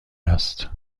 است